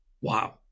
Wow